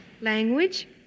Language